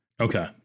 Okay